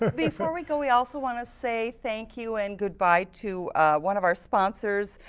before we go, we also want to say thank you and goodbye to one of our sponsors,